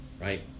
right